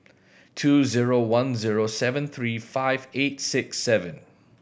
two zero one zero seven three five eight six seven